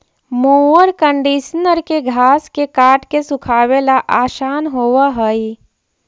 mower conditioner के घास के काट के सुखावे ला आसान होवऽ हई